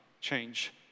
change